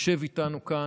שיושב איתנו כאן,